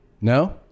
No